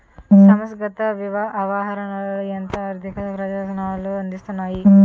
సంస్థాగత ఆవిష్కరణలే ఎంతో ఆర్థిక ప్రయోజనాలను అందిస్తున్నాయి